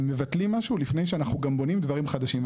מבטלים משהו לפני שאנחנו גם בונים דברים חדשים.